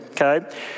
Okay